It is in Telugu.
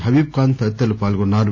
హబీబ్ఖాన్ తదితరులు పాల్గొన్నారు